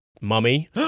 mummy